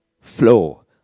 flow